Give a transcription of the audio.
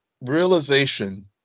realization